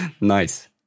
Nice